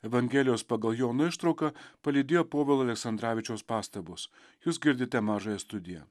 evangelijos pagal joną ištrauką palydėjo povilo aleksandravičiaus pastabos jūs girdite mažąją studiją